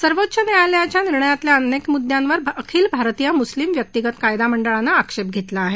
सर्वोच्च न्यायालयाच्या निर्णयातल्या अनेक मुद्यांवर अखिल भारतीय मुस्लीम व्यक्तीगत कायदा मंडळानं आक्षेप घेतला आहे